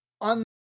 on